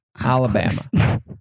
Alabama